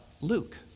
Luke